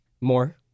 more